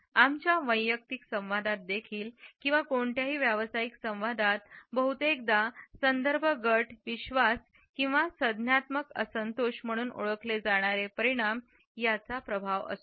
आमच्या वैयक्तिक संवादात देखील किंवा कोणत्याही व्यावसायिक संवादात बहुतेकदा संदर्भ गट विश्वास किंवा संज्ञानात्मक असंतोष म्हणून ओळखले जाणारे परिणाम त्याचा प्रभाव असतो